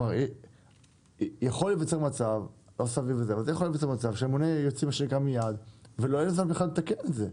יכול להיווצר מצב שהממונה יוציא מיד ולא יהיה לו זמן לתקן את זה.